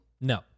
No